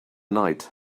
night